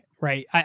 right